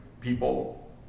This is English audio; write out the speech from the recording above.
people